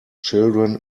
children